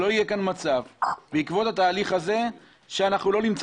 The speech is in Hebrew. שלא יהיה כאן מצב בעקבות התהליך הזה שלא נמצא